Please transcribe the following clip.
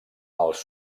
els